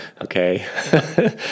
Okay